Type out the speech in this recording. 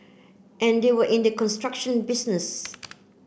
and they were in the construction business